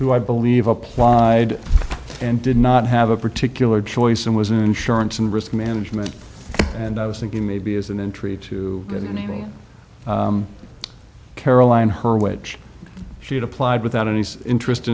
who i believe applied and did not have a particular choice and was in insurance and risk management and i was thinking maybe as an entry to any caroline her which she applied without any interest